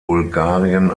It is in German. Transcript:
bulgarien